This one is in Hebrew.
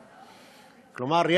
כלומר,